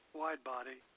wide-body